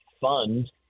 fund